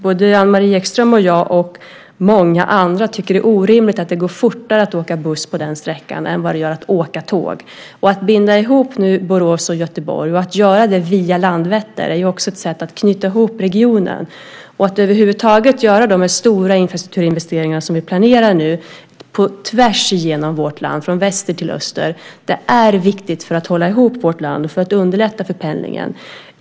Både Anne-Marie Ekström och jag och många andra tycker att det är orimligt att det går fortare att åka buss på den sträckan än vad det gör att åka tåg. Att binda ihop Borås och Göteborg, och att göra det via Landvetter, är ju också ett sätt att knyta ihop regionen. Att göra de här stora infrastrukturinvesteringarna som vi planerar nu på tvärs genom vårt land från väster till öster är viktigt för att hålla ihop vårt land och för att underlätta för pendlingen.